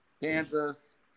Kansas